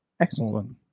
Excellent